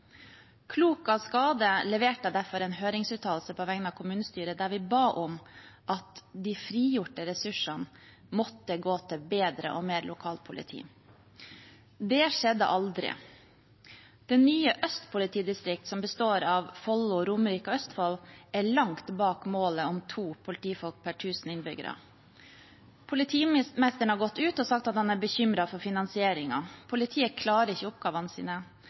skade leverte jeg derfor en høringsuttalelse på vegne av kommunestyret der vi ba om at de frigjorte ressursene måtte gå til bedre og mer lokalpoliti. Det skjedde aldri. Det nye Øst politidistrikt, som består av Follo, Romerike og Østfold, ligger langt bak målet om to politifolk per 1 000 innbyggere. Politimesteren har gått ut og sagt at han er bekymret for finansieringen. Politiet klarer ikke oppgavene sine.